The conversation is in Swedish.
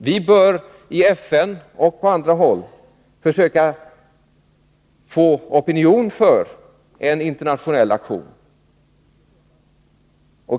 Vi bör i FN och på andra håll försöka skapa opinion för en internationell aktion.